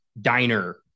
Diner